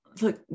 Look